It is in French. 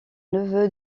neveu